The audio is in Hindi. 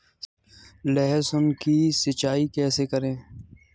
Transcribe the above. लहसुन की सिंचाई कैसे करें?